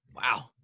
Wow